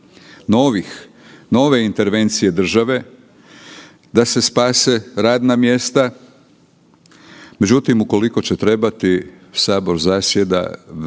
mjera, nove intervencije države da se spase radna mjesta, međutim ukoliko će trebati, Sabor zasjeda